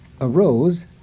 arose